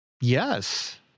Yes